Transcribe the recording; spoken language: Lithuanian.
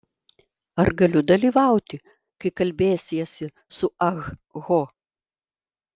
ar galiu dalyvauti kai kalbėsiesi su ah ho